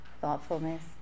Thoughtfulness